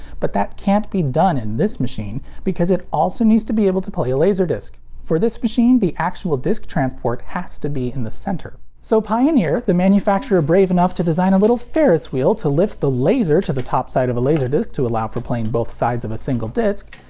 but that can't be done in this machine because it also needs to be able to play a laserdisc. for this machine, the actual disc transport has to be in the center. so pioneer, the manufacturer brave enough to design a little ferris wheel to lift the laser to the top side of a laserdisc to allow for laying and both sides of a single disc,